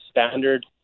standard